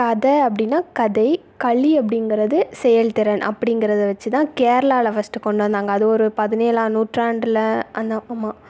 கதை அப்படின்னா கதை களி அப்படிங்கறது செயல்திறன் அப்படிங்கறத வச்சுதான் கேரளாவில ஃபஸ்ட்டு கொண்டு வந்தாங்கள் அது ஒரு பதினேழாம் நூற்றாணடில் அந்த ஆமாம்